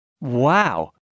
Wow